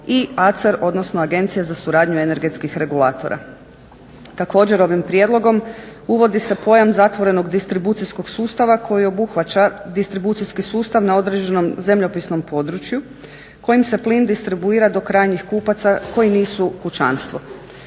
i ACER odnosno agencija za suradnju energetskih regulatora. Također ovim prijedlogom uvodi se pojam zatvorenog distribucijskog sustava koji obuhvaća distribucijski sustav na određenom zemljopisnom području kojim se plin distribuira do krajnjih kupaca koji nisu kućanstvo.